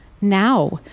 now